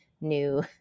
new